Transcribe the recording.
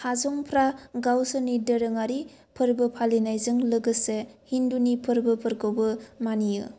हाजंफ्रा गावसोरनि दोरोंङारि फोरबो फालिनायजों लोगोसे हिंदूनि फोरबोफोरखौबो मानियो